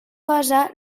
cosa